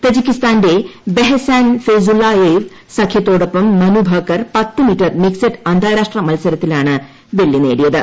തജിക്കിസ്ഥാനിന്റെ Behzan Faizullaev സഖ്യത്തോടൊപ്പം മനുഭാക്കർ പത്ത് metre mixed അന്താരാഷ്ട്ര മത്സരത്തിലാണ് ്വെള്ളി നേടിയത്